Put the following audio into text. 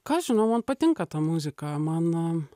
ką žinau man patinka ta muzika man